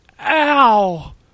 ow